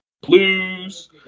Blues